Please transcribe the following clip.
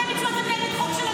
אתם הצבעתם נגד חוק של ערכות